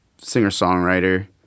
singer-songwriter